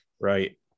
right